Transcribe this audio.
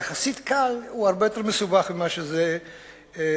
יחסית הוא הרבה יותר מסובך ממה שזה נראה,